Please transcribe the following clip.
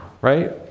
Right